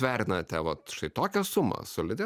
vertinate vat štai tokia suma solidi